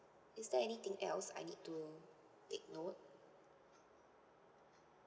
is there anything else I need to take note